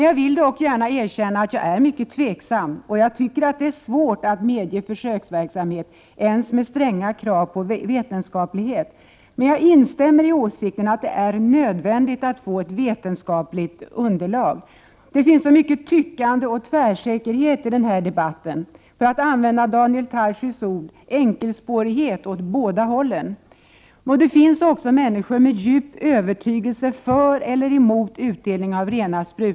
Jag vill dock gärna erkänna att jag är mycket tveksam, och jag tycker det är svårt att medge försöksverksamhet ens med stränga krav på vetenskaplighet. Jag instämmer i åsikten att det är nödvändigt att få ett vetenskapligt underlag. Det finns så mycket tyckande och tvärsäkerhet i den här debatten, för att använda Daniel Tarschys ord: enkelspårighet åt båda hållen. Det finns också människor med djup övertygelse för eller emot utdelning av rena sprutor.